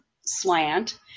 slant